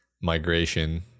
migration